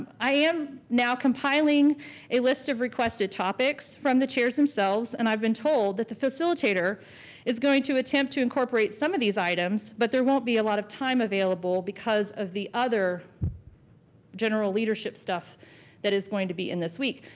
i am now compiling a list of requested topics from the chairs themselves and i've been told that the facilitator is going to attempt to incorporate some of these items but there won't be a lot of time available because of the other general leadership stuff that is going to be in this week.